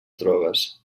drogues